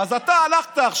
אז אתה עכשיו,